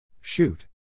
Shoot